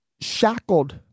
shackled